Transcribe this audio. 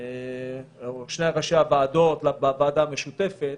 או משני ראשי הוועדות בוועדה המשותפות